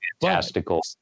Fantastical